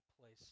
place